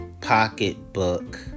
pocketbook